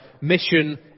Mission